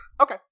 Okay